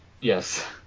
Yes